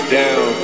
down